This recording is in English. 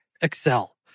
Excel